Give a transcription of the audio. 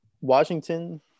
Washington